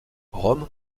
rome